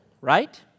right